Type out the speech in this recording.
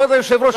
כבוד היושב-ראש,